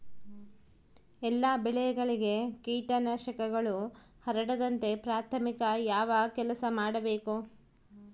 ಎಲ್ಲ ಬೆಳೆಗಳಿಗೆ ಕೇಟನಾಶಕಗಳು ಹರಡದಂತೆ ಪ್ರಾಥಮಿಕ ಯಾವ ಕೆಲಸ ಮಾಡಬೇಕು?